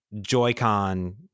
Joy-Con